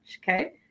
okay